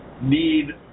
need